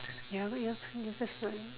you haven't even clear the first one